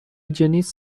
جنیس